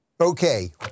Okay